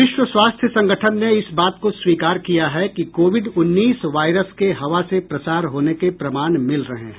विश्व स्वास्थ्य संगठन ने इस बात को स्वीकार किया है कि कोविड उन्नीस वायरस के हवा से प्रसार होने के प्रमाण मिल रहे हैं